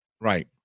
Right